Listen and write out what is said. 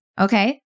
Okay